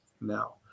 now